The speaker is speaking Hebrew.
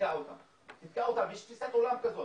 לא לתת להם להתפתח,